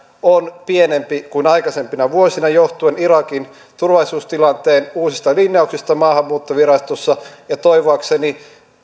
on pienempi kuin aikaisempina vuosina johtuen irakin turvallisuustilanteen uusista linjauksista maahanmuuttovirastossa ja toivoakseni